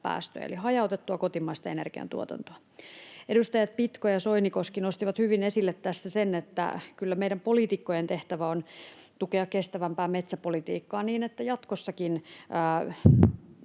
päästöjä. Eli hajautettua kotimaista energiantuotantoa. Edustajat Pitko ja Soinikoski nostivat hyvin esille tässä sen, että kyllä meidän poliitikkojen tehtävä on tukea kestävämpää metsäpolitiikkaa, niin että jatkossakin